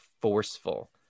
forceful